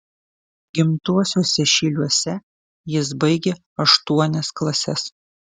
gimtuosiuose šyliuose jis baigė aštuonias klases